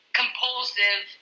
compulsive